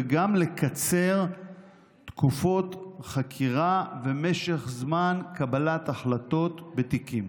וגם לקיצור תקופות חקירה ומשך זמן קבלת החלטות בתיקים,